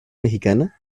mexicana